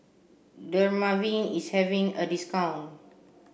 Dermaveen is having a discount